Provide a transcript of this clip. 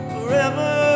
Forever